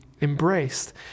embraced